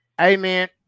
Amen